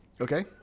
Okay